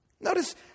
Notice